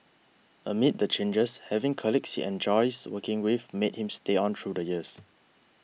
amid the changes having colleagues he enjoys working with made him stay on through the years